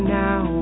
now